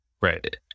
Right